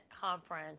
conference